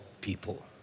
people